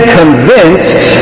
convinced